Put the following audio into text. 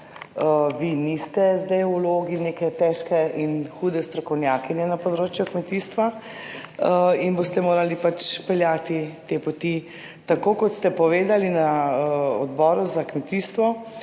vi niste zdaj v vlogi neke težke in hude strokovnjakinje na področju kmetijstva in boste morali pač peljati te poti, tako kot ste povedali na Odboru za kmetijstvo,